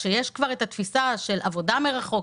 כאשר יש כבר את התפיסה של עבודה מרחוק,